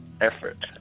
Effort